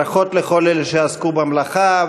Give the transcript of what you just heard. ברכות לכל אלה שעסקו במלאכה,